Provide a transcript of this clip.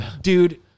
Dude